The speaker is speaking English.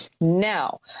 Now